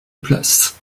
place